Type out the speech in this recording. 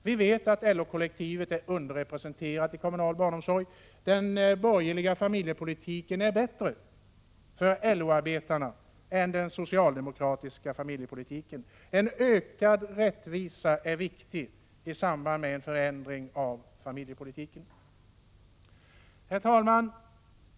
Vi vet att LO-kollektivet är underrepresenterat när det gäller kommunal barnomsorg. Den borgerliga familjepolitiken är bättre för LO-arbetarna än den socialdemokratiska. En ökad rättvisa är viktig i samband med en förändring av familjepolitiken. Herr talman!